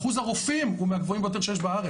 אחוז הרופאים, הוא מהגבוהים ביותר שיש בארץ.